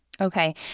Okay